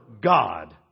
God